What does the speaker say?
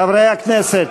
חברי הכנסת,